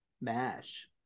Mash